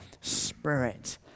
Spirit